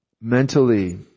mentally